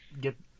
Get